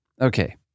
Okay